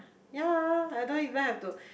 ya I don't even have to